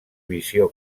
visió